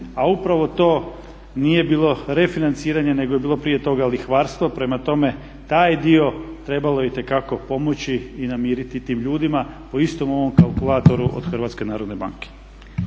a upravo to nije bilo refinanciranje nego je bilo prije toga lihvarstvo. Prema tome, taj je dio trebalo itekako pomoći i namiriti tim ljudima po istom ovom kalkulatoru od HND-a.